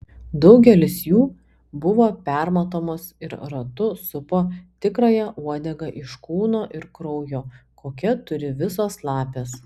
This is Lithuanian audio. daugelis jų buvo permatomos ir ratu supo tikrąją uodegą iš kūno ir kraujo kokią turi visos lapės